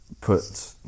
put